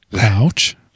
Ouch